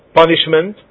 punishment